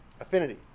affinity